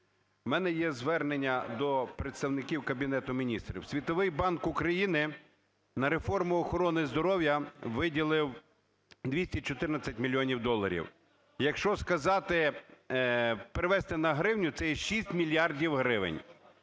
В мене є звернення до представників Кабінету Міністрів. Світовий банк Україні на реформу охорони здоров'я виділив 214 мільйонів доларів. Якщо сказати, перевести на гривню - це є 6 мільярдів гривень.